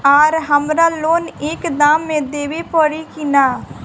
आर हमारा लोन एक दा मे देवे परी किना?